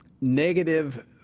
negative